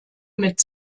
mit